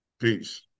Peace